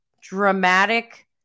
dramatic